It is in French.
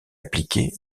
appliquée